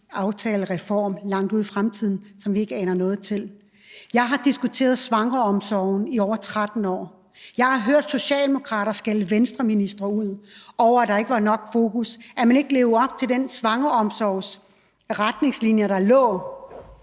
aftale eller reform langt ude i fremtiden, som vi ikke aner noget om. Jeg har diskuteret svangreomsorg i over 13 år. Jeg har hørt socialdemokrater skælde Venstreministre ud over, at der ikke var nok fokus, og at man ikke levede op til de retningslinjer for